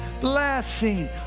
blessing